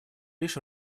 лишь